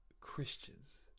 Christians